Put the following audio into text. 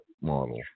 model